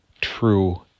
true